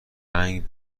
هنگ